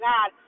God